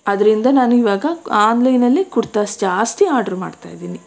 ಅದರಿಂದ ನಾನು ಇವಾಗ ಆನ್ಲೈನಲ್ಲಿ ಕುಡ್ತಾಸ್ ಜಾಸ್ತಿ ಆಡ್ರ್ ಮಾಡ್ತಾಯಿದ್ದೀನಿ